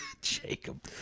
Jacob